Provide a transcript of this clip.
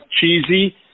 cheesy